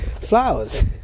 flowers